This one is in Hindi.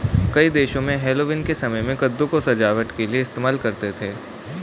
कई देशों में हैलोवीन के समय में कद्दू को सजावट के लिए इस्तेमाल करते हैं